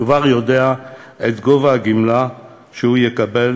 כבר יודע את גובה הגמלה שהוא יקבל